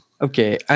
Okay